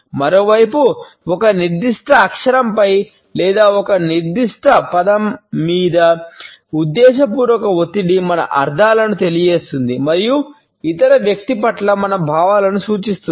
మరోవైపు ఒక నిర్దిష్ట అక్షరంపై లేదా ఒక నిర్దిష్ట పదం మీద ఉద్దేశపూర్వక ఒత్తిడి మన అర్థాలను తెలియజేస్తుంది మరియు ఇతర వ్యక్తి పట్ల మన భావాలను సూచిస్తుంది